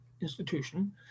institution